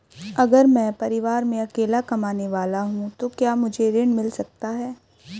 अगर मैं परिवार में अकेला कमाने वाला हूँ तो क्या मुझे ऋण मिल सकता है?